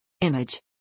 Image